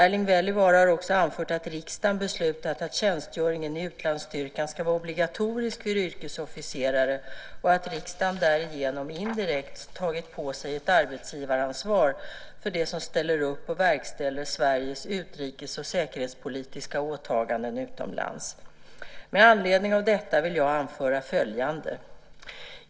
Erling Wälivaara har också anfört att riksdagen beslutat att tjänstgöringen i utlandsstyrkan ska vara obligatorisk för yrkesofficerare och att riksdagen därigenom indirekt tagit på sig ett arbetsgivaransvar för dem som ställer upp och verkställer Sveriges utrikes och säkerhetspolitiska åtaganden utomlands. Med anledning av detta vill jag anföra följande.